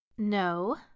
No